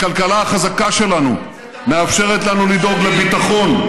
הכלכלה החזקה שלנו מאפשרת לנו לדאוג לביטחון,